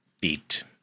beat